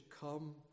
come